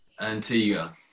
Antigua